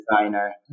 designer